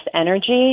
energy